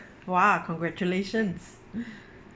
!wah! congratulations